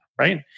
right